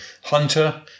hunter